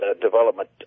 development